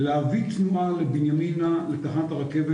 להביא תנועה לבנימינה לתחנת הרכבת,